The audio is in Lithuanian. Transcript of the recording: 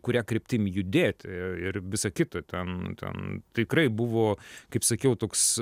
kuria kryptim judėti i ir visa kita ten tikrai buvo kaip sakiau toks